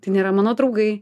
tai nėra mano draugai